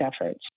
efforts